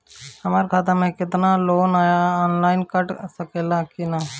हमरा खाता से लोन ऑनलाइन कट सकले कि न?